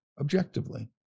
objectively